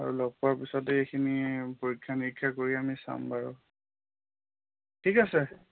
আৰু লগ পোৱাৰ পিছতে এইখিনি পৰীক্ষা নিৰীক্ষা কৰি আমি চাম বাৰু ঠিক আছে